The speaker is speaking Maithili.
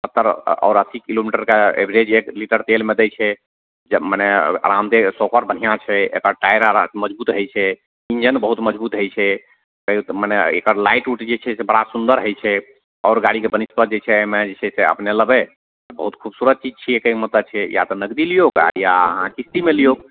सत्तर आओर अस्सी किलोमीटरके एवरेज एक लीटर तेलमे दै छै मने आरामदे शौकर बढ़ियाँ छै एकर टायर मजबूत होइ छै इन्जन बहुत मजबूत होइ छै मने एकर लाइट उट जे छै से बड़ा सुन्दर होइ छै आओर गाड़ीके बनिष्पर जे छै अइमे जे छै से अपने लेबय बहुत खूबसूरत चीज छियै कहयके मतलब छै या तऽ नगदी लियौ या आहाँ किस्तिमे लियौ